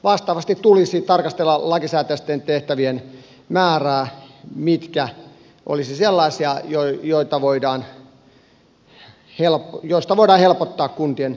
vastaavasti tulisi tarkastella lakisääteisten tehtävien määrää mitkä olisivat sellaisia joista voidaan helpottaa kuntien vastuuta